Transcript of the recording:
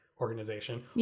organization